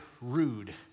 rude